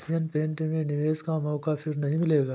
Asian Paint में निवेश का मौका फिर नही मिलेगा